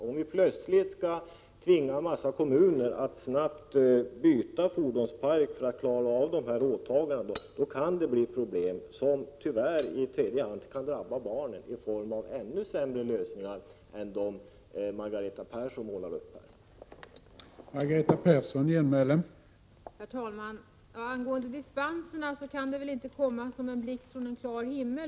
Om vi plötsligt skulle tvinga en massa kommuner att snabbt byta ut fordonsparken för att klara dessa åtaganden, kan det uppstå problem, vilket tyvärr även kan drabba barnen i form av ännu sämre lösningar än dem som Margareta Persson här målade upp en bild av.